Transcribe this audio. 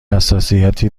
حساسیتی